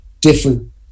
different